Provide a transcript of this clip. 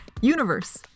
Universe